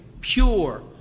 pure